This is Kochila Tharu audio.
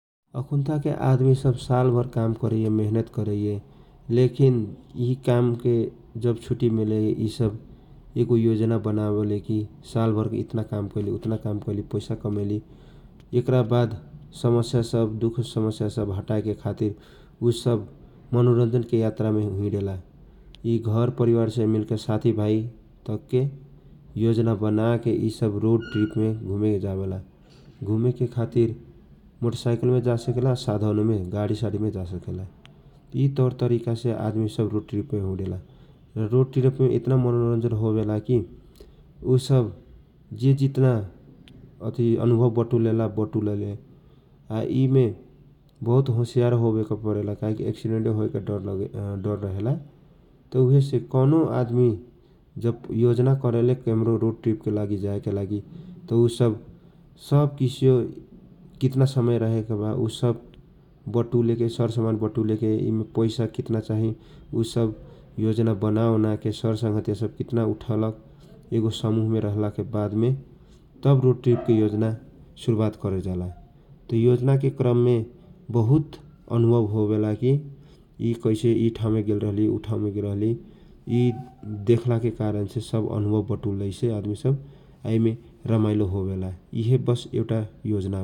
अखुनता के आदमी सब साल भार काम करै मेहनत करैए लेकिन यि कामके जब छुट्टी मिलेए यि सब एगो योजना बनावेले कि सालभर ऐतना काम कैली उत्तना काम कैली, पैसा कमैली । ऐकरा वाद समस्या सब समस्या सब दुख समस्या सब ह हटाएके खातिर ऊ सब मनोरञ्जन के यात्रा मे हिडेला । यि घर परिवार से मिलके साथी भाई तके योजना बनाके यि सब रोड ट्रीप मे जावेला, घुमेके खातिर मोटर साइकल जासकेला साथनो मे गारी सारी मे जासकेला । यि तवर तरीका से रोड ट्रीप मे ऐतना मनोज्जन होवेला कि ऊ सब जे जितल अथि अनुभव बटुलल बटुलेला आ यि मे बहुत घोशियार होने के परेला काहे कि एसिडेन्ट होराके बहुत डर रहेला त उहे से कौनो आदमी जब योजना करेला केमरो रोड ट्रीप जाएको लागि ऊ सब सब किसियो कितना समय रहेके वा बटुलेको सर सामान बटुलेके यि मे पैसा कितना चाही ऊ सब योजना बना ओना के सरसामान सरसङ्गीतिया सब कितना उठल एगो समूह मे रहल के वादमे तब रोड ट्रीप मे योङमा गुरुवात करे जावला । त योजना क्रममे बहुत अनुभव होखेला कि कैसे यि ठाउँ मे गेल रहली ऊ ठाउँमे गेल रहली यि देखली सब अनुभव बटुल्छौ ऊ सब यी मे रमाइलो होवेला ।